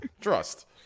Trust